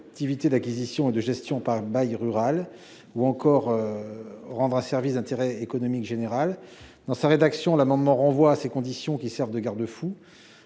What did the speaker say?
activité d'acquisition et de gestion par bail rural ou encore rendre un service d'intérêt économique général. Nous renvoyons à ces conditions, qui servent de garde-fous.